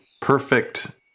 perfect